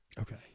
Okay